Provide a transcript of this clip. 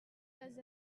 les